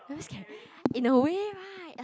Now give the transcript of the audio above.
damn scary in a way right